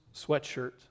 sweatshirt